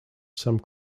some